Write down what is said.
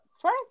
First